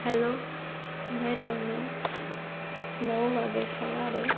hello મેં તમને નવ વાગે સવારે